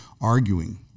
arguing